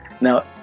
Now